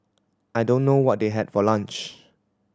I don't know what they had for lunch